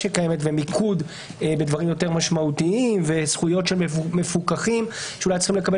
ומיקוד בדברים יותר משמעותיים וזכויות של מפוקחים שאולי צריכים לקבל